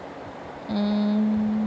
mm